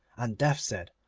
and death said,